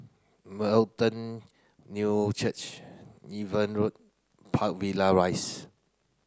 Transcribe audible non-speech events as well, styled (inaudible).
(unintelligible) New Church Niven Road Park Villa Rise